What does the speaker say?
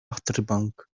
achterbank